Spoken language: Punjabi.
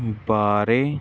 ਬਾਰੇ